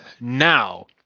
Now